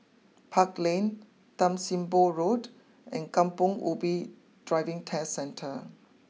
Park Lane Tan Sim Boh Road and Kampong Ubi Driving Test Centre